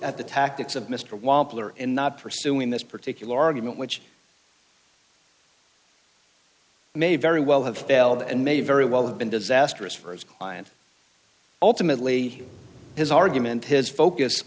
at the tactics of mr wampler and not pursuing this particular argument which may very well have failed and may very well have been disastrous for his client ultimately his argument his focus